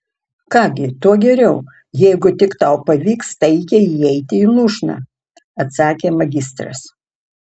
ką gi tuo geriau jeigu tik tau pavyks taikiai įeiti į lūšną atsakė magistras